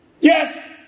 Yes